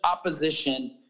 opposition